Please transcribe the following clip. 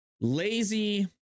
lazy